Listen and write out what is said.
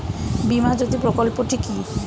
বীমা জ্যোতি প্রকল্পটি কি?